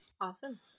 awesome